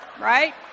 Right